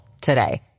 today